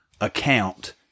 account